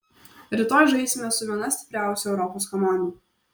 rytoj žaisime su viena stipriausių europos komandų